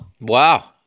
Wow